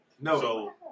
No